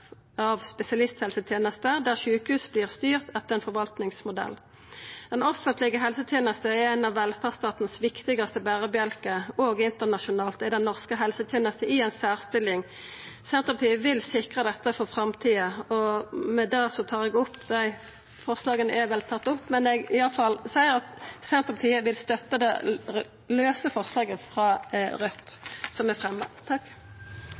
av spesialisthelsetenesta, der sjukehus vert styrte etter ein forvaltningsmodell. Den offentlege helsetenesta er ein av velferdsstaten sine viktigaste berebjelkar, og internasjonalt er den norske helsetenesta i ei særstilling. Senterpartiet vil sikra dette for framtida.